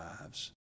lives